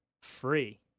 free